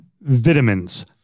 Vitamins